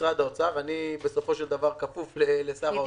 משרד האוצר, ואני בסופו של דבר כפוף לשר האוצר.